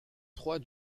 trois